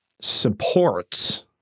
supports